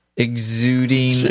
exuding